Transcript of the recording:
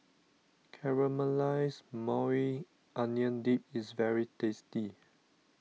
Caramelized Maui Onion Dip is very tasty